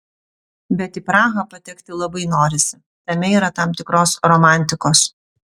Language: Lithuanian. bet į prahą patekti labai norisi tame yra tam tikros romantikos